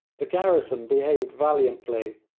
the garrison behaved valiantly.